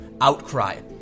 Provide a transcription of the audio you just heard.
outcry